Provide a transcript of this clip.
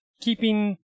keeping